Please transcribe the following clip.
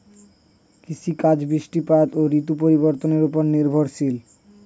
কৃষিকাজ বৃষ্টিপাত ও ঋতু পরিবর্তনের উপর নির্ভরশীল